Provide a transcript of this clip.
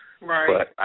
Right